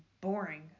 boring